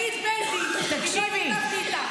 תשאלי את מנדי אם לא התכתבתי איתה, תשאלי אותה.